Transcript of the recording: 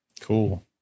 Cool